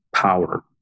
Power